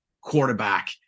quarterback